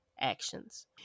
actions